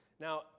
Now